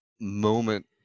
moment